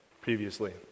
previously